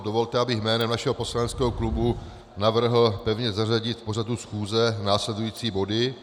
Dovolte, abych jménem našeho poslaneckého klubu navrhl pevně zařadit do pořadu schůze následující body.